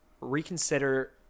reconsider